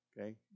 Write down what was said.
Okay